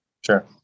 sure